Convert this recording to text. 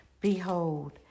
Behold